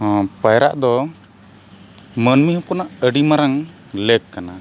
ᱦᱚᱸ ᱯᱟᱭᱨᱟᱜ ᱫᱚ ᱢᱟᱹᱱᱢᱤ ᱦᱚᱯᱚᱱᱟᱜ ᱟᱹᱰᱤ ᱢᱟᱨᱟᱝ ᱞᱮᱠ ᱠᱟᱱᱟ